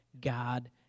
God